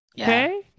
Okay